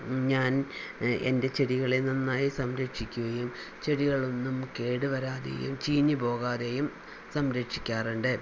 ഞാൻ എൻ്റെ ചെടികളെ നന്നായി സംരക്ഷിക്കുകയും ചെടികൾ ഒന്നും കേടു വരാതെയും ചീഞ്ഞു പോകാതെയും സംരക്ഷിക്കാറുണ്ട്